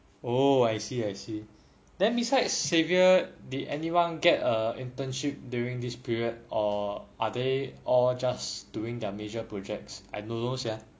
oh I see I see then besides xaiver did anyone get a internship during this period or are they all just doing their major projects I don't know sia